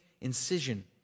incision